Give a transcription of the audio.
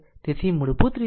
તેથી મૂળભૂત રીતે તે 3